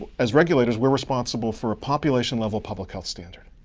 ah as regulators, we're responsible for a population level public health standard.